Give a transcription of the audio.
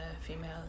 female